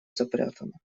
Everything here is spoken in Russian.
запрятана